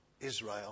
Israel